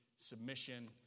Submission